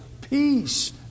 Peace